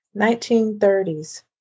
1930s